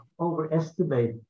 overestimate